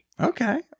okay